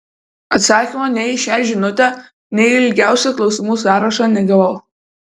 atsakymo nei į šią žinutę nei į ilgiausią klausimų sąrašą negavau